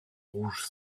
rouge